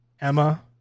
Emma